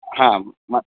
ಹಾಂ ಮ